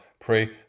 pray